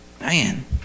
man